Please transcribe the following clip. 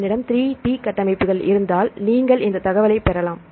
எங்களிடம் 3 டி கட்டமைப்புகள் இருந்தால் நீங்கள் இந்த தகவலைப் பெறலாம்